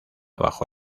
bajo